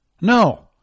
No